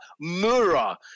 Mura